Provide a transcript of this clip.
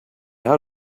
how